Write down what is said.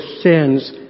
sins